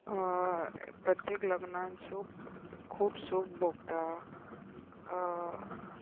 प्रत्येक लग्नान सूख खूब सूख भोगता